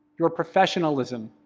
your professionalism,